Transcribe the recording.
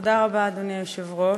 אדוני היושב-ראש,